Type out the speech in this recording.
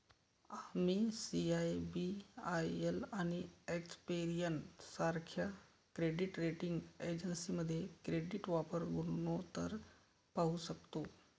आम्ही सी.आय.बी.आय.एल आणि एक्सपेरियन सारख्या क्रेडिट रेटिंग एजन्सीमध्ये क्रेडिट वापर गुणोत्तर पाहू शकतो